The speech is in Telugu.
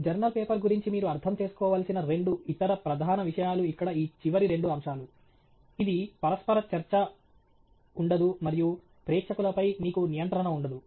జర్నల్ పేపర్ గురించి మీరు అర్థం చేసుకోవలసిన రెండు ఇతర ప్రధాన విషయాలు ఇక్కడ ఈ చివరి రెండు అంశాలు ఇది పరస్పర చర్చ ఉండదు మరియు ప్రేక్షకులపై మీకు నియంత్రణ ఉండదు